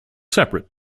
separate